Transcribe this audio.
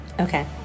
Okay